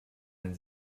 wenn